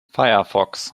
firefox